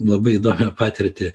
labai įdomią patirtį